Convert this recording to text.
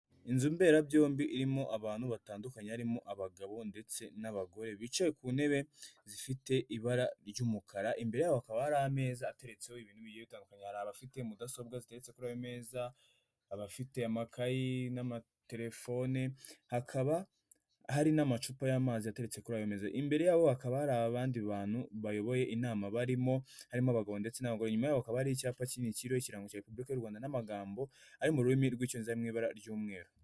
Inzu mberabyombi irimo abantu batandukanye, harimo abagabo ndetse n'abagore, bicaye ku ntebe, zifite ibara ry'umukara. Imbere yabo hakaba hari ameza ateretseho ibintu bigiye bitandukanye. Hari abafite mudasobwa ziteretse kuri ayo meza, abafite amakayi n'amatelefone, hakaba hari n'amacupa y'amazi ateretse kuri ayo meza. Imbere yabo hakaba hari abandi bantu bayoboye inama barimo, harimo abagabo ndetse n'abagore. Inyuma yabo hakaba hari icyapa kinini kiriho Ikirango cya Repubulika y'u Rwanda n'amagambo ari mu rurimi rw'Icyongereza ari mu ibara ry'umweru.